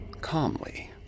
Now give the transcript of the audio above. Calmly